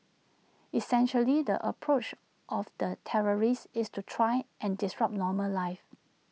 essentially the approach of the terrorists is to try and disrupt normal life